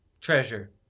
treasure